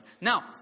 Now